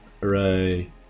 Hooray